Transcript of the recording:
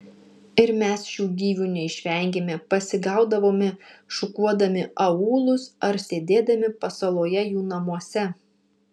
ir mes šių gyvių neišvengėme pasigaudavome šukuodami aūlus ar sėdėdami pasaloje jų namuose